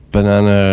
Banana